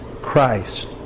Christ